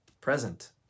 Present